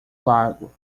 lago